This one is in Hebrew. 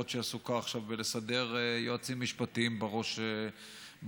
יכול להיות שהיא עסוקה עכשיו בלסדר יועצים משפטיים בראש שלה.